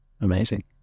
Amazing